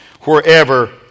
wherever